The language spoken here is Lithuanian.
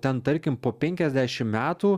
ten tarkim po penkiasdešim metų